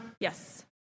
Yes